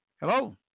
Hello